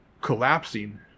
collapsing